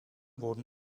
wurden